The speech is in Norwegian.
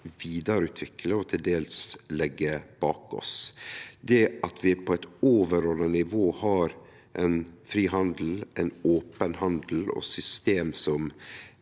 vidareutvikle og til dels leggje bak oss. Det at vi på eit overordna nivå har ein fri handel, ein open handel og system som